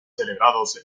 celebrados